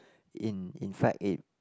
in in fact it